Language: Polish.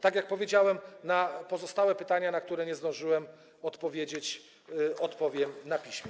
Tak jak powiedziałem, na pozostałe pytania, na które nie zdążyłem odpowiedzieć, odpowiem na piśmie.